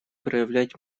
проявлять